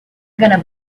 gonna